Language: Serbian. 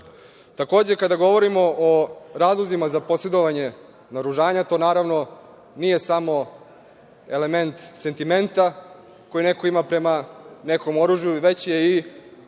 Srbije. Takođe, kada govorimo o razlozima za posedovanje naoružanja, to naravno, nije samo element sentimenta koji neko ima prema nekom oružju, već je i